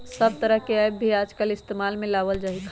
सब तरह के ऐप भी आजकल इस्तेमाल में लावल जाहई